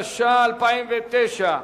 התש"ע 2009,